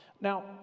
Now